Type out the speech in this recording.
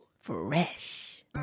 fresh